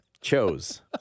chose